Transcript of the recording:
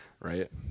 Right